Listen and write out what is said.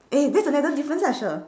eh that's the another difference ah shir